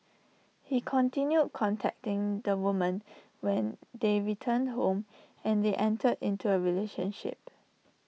he continued contacting the woman when they returned home and they entered into A relationship